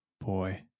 boy